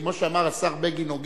כמו שאמר השר בגין, הוגן.